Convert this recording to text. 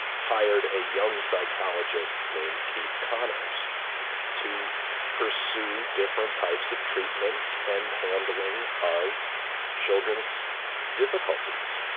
hired a young psychologist named keith conners to pursue different types of treatments and handling of children's difficulties.